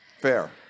fair